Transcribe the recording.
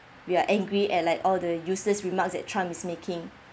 we are angry at like all the useless remarks that trump is making